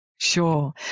Sure